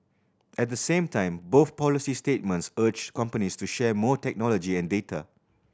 at the same time both policy statements urged companies to share more technology and data